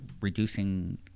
reducing